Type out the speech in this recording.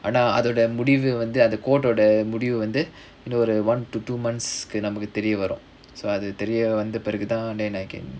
ஆனா அதோட முடிவு வந்து அந்த:aanaa athoda mudivu vanthu antha court ஓட முடிவு வந்து இன்னொரு:oda mudivu vanthu innoru one to two months நமக்கு தெரிய வரும்:namakku theriya varum so அது தெரிய வந்த பிறகுதா:athu theriya vantha piraguthaa then I can